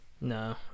No